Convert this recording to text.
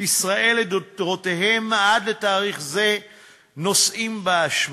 ישראל לדורותיהן עד לתאריך זה נושאות באשמה.